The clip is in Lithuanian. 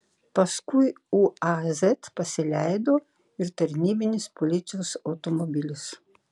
paskui uaz pasileido ir tarnybinis policijos automobilis